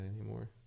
anymore